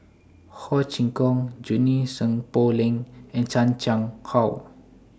Ho Chee Kong Junie Sng Poh Leng and Chan Chang How